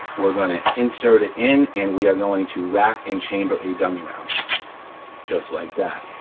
we're gonna insert it in, and we are going to rack and chamber a dummy round just like that,